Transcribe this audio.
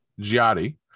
Giotti